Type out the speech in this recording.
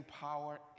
power